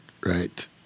right